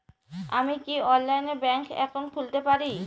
আমি কি অনলাইনে ব্যাংক একাউন্ট খুলতে পারি?